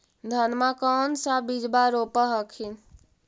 धनमा कौन सा बिजबा रोप हखिन?